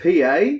PA